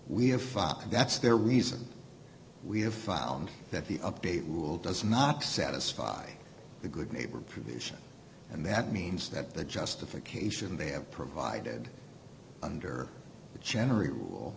we have fuck that's their reason we have found that the update rule does not satisfy the good neighbor provision and that means that the justification they have provided under the general rule